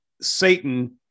Satan